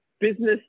business